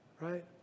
right